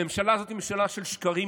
הממשלה הזאת היא ממשלה של שקרים.